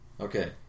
Okay